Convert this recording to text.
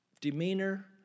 demeanor